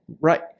right